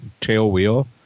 tailwheel